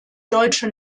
deutsche